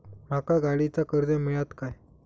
माका गाडीचा कर्ज मिळात काय?